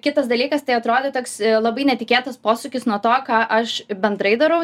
kitas dalykas tai atrodė toks labai netikėtas posūkis nuo to ką aš bendrai darau